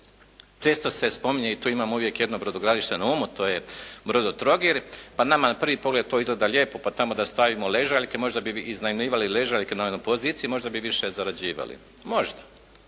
Često se spominje i tu imam jedno brodogradilište na umu, a to je "Brodotrogir" pa nama na prvi pogled to izgleda lijepo, pa tamo da stavimo ležaljke možda bi iznajmljivali ležaljke na onoj poziciji, možda bi više zarađivali. Možda.